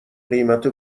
قیمت